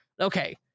Okay